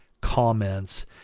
comments